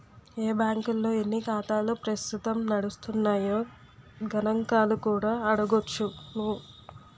ఏ బాంకుల్లో ఎన్ని ఖాతాలు ప్రస్తుతం నడుస్తున్నాయో గణంకాలు కూడా అడగొచ్చును